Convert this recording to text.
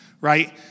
Right